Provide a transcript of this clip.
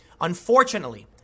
Unfortunately